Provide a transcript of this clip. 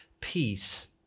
peace